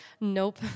Nope